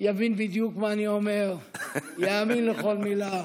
יבין בדיוק מה אני אומר, יאמין לכל מילה.